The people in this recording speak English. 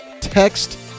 text